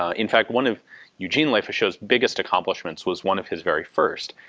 ah in fact one of eugene lefacheaux's biggest accomplishments was one of his very first.